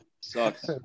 Sucks